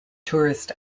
tourist